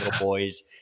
boys